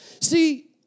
see